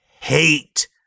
hate